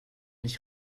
nicht